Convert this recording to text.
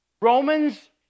Romans